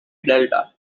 delta